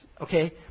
okay